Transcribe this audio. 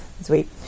Sweet